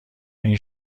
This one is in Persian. این